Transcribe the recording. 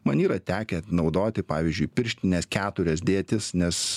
man yra tekę naudoti pavyzdžiui pirštines keturias dėtis nes